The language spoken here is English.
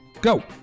go